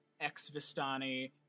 ex-Vistani